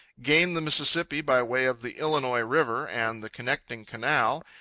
gain the mississippi by way of the illinois river and the connecting canal,